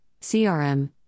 CRM